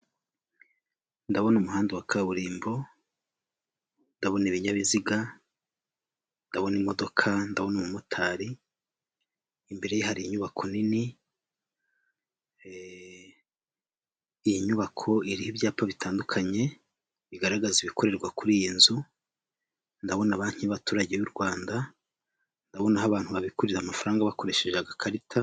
Umuhanda wa kaburimbo urimo imodoka ndetse na moto, ufite ibifate bibiri, ukikijwe n'ibiti n'ibimera n'indabo wegereye amazu.